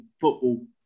football